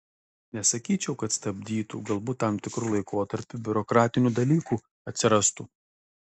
nesakyčiau kad stabdytų galbūt tam tikru laikotarpiu biurokratinių dalykų atsirastų